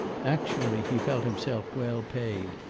actually he felt himself well paid,